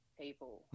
people